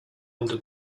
under